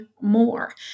more